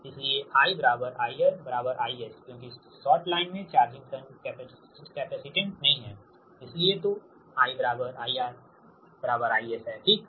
इस लिए I IR IS क्योंकि शॉर्ट लाइन में चार्जिंग शंट कैपेसिटेंस नहीं है इसलिए I IR IS ठीक है